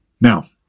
Now